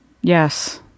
Yes